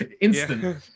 Instant